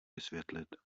vysvětlit